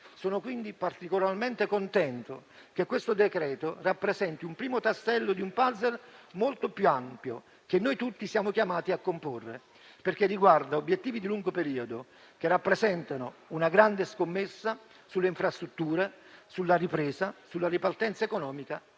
Sono quindi particolarmente contento che questo decreto-legge rappresenti un primo tassello di un *puzzle* molto più ampio, che noi tutti siamo chiamati a comporre, perché riguarda obiettivi di lungo periodo che rappresentano una grande scommessa sulle infrastrutture, sulla ripresa, sulla ripartenza economica e